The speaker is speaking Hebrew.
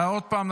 עוד פעם,